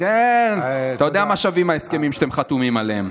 אתה יודע מה שווים ההסכמים שאתם חתומים עליהם.